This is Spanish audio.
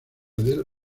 del